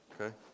Okay